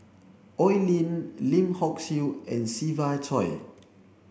Oi Lin Lim Hock Siew and Siva Choy